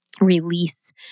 release